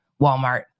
Walmart